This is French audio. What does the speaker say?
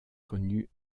connut